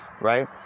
right